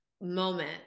moment